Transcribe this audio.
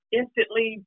instantly